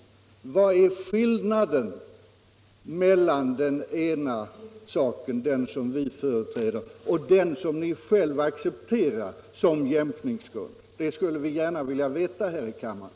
Vad är skillnaden mellan det fall som vi anser vara jämkningsgrundande och det som ni själv accepterar som jämkningsgrund? Det skulle vi gärna vilja veta här i kammaren.